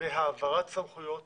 בהעברת סמכויות